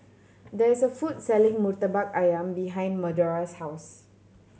there is a food selling Murtabak Ayam behind Madora's house